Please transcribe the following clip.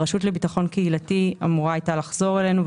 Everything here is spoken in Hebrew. הרשות לביטחון קהילתי אמורה הייתה לחזור אלינו,